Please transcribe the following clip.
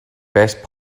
best